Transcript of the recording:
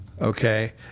Okay